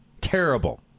Terrible